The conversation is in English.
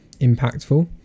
impactful